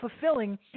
fulfilling